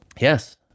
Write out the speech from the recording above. Yes